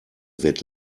wird